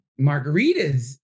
margaritas